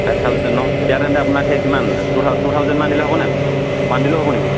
five thousand নহ্ এতিয়া তেন্তে আপোনাক সেই কিমান টু থাউ টু থাউজেণ্ডমান দিলে হ'বনে ৱান দিলেও হ'ব নেকি